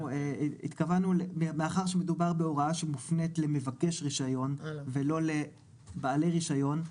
התכוונו שמאחר שמדובר בהוראה שמופנית למבקש הרישיון ולא לבעלי רישיון,